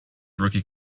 rookie